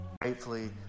Gratefully